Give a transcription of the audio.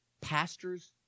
pastors